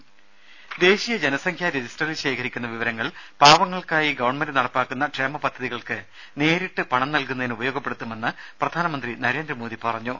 രമ ദേശീയ ജനസംഖ്യാ രജിസ്റ്ററിൽ ശേഖരിക്കുന്ന വിവരങ്ങൾ പാവങ്ങൾക്കായി ഗവൺമെന്റ് നടപ്പാക്കുന്ന ക്ഷേമ പദ്ധതികൾക്ക് നേരിട്ട് പണം നൽകുന്നതിന് ഉപയോഗപ്പെടുത്തുമെന്ന് പ്രധാനമന്ത്രി നരേന്ദ്രമോദി പറഞ്ഞു